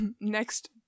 next